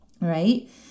right